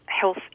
health